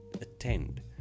attend